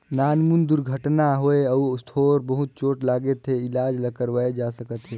नानमुन दुरघटना होए अउ थोर बहुत चोट लागे के इलाज ल करवाए जा सकत हे